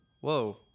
Whoa